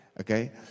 okay